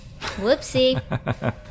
Whoopsie